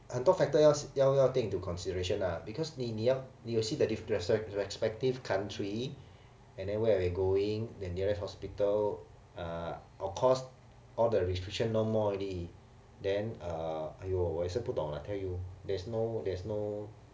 很多 factor 要要要 take into consideration lah because 你你要 you'll see that resp~ respective country and then where you're going the nearest hospital uh of course all the restriction no more already then uh !aiyo! 我也是不懂 lah I tell you there's no there's no